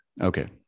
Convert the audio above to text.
Okay